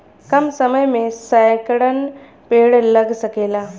कम समय मे सैकड़न पेड़ लग सकेला